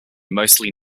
mostly